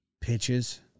pitches